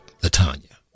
Latanya